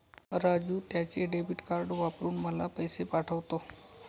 राजू त्याचे debit card वापरून मला पैसे पाठवतो